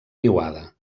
niuada